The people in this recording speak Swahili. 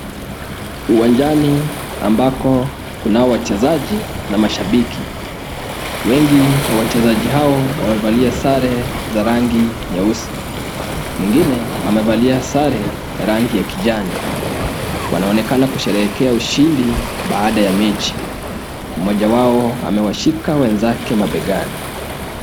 Uwanjani ambako kunao wachezaji na mashabiki. Wengi wa wachezaji hao wamevalia sare za rangi nyeusi, mwingine amevalia sare ya rangi ya kijani. Wanaonekana kusherehekea ushindi baada ya mechi. Mmoja wao amewashika wenzake mabegani.